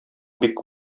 бик